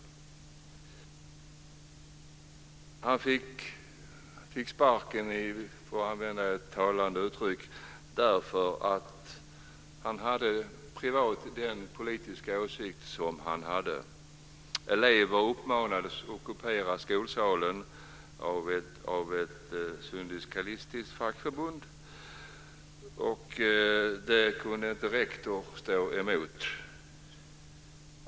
Han fick sparken, för att använda ett talande uttryck, för att han privat hade den politiska åsikt som han hade. Elever uppmanades av ett syndikalistiskt fackförbund att ockupera skolsalen, och det kunde inte rektor stå emot.